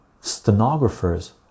stenographers